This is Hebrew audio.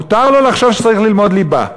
מותר לו לחשוב שצריך ללמוד ליבה,